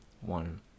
One